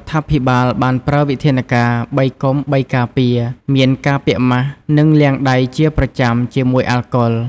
ដ្ឋាភិបាលបានប្រើវិធានការ ៣កុំ ៣ការពារ មានការពាក់ម៉ាស់ និងលាយដៃជាប្រចាំជាមួយអាល់កុល។